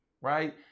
right